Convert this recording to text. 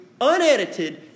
Unedited